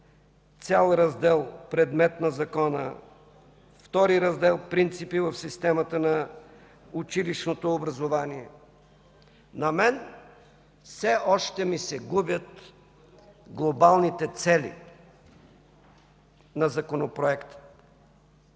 цял раздел „Предмет на закона”, Втори раздел „Принципи в системата на училищното образование”, на мен все още ми се губят глобалните цели на Законопроекта.